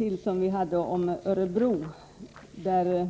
I reservation 13 ber